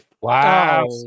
Wow